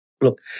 Look